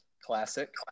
classic